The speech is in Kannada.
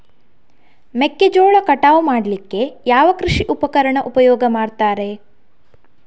ಮೆಕ್ಕೆಜೋಳ ಕಟಾವು ಮಾಡ್ಲಿಕ್ಕೆ ಯಾವ ಕೃಷಿ ಉಪಕರಣ ಉಪಯೋಗ ಮಾಡ್ತಾರೆ?